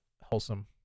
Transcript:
Wholesome